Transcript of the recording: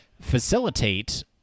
facilitate